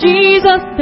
Jesus